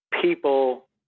people